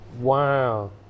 Wow